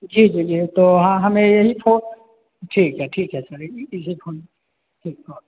जी जी जी तो हाँ हमें यही फ़ोन ठीक है ठीक है सर इहे फ़ोन ठीक हो